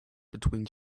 between